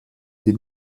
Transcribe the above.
die